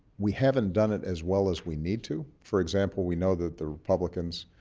we haven't done it as well as we need to. for example, we know that the republicans,